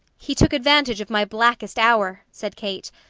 he took advantage of my blackest hour, said kate.